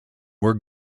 were